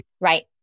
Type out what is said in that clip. Right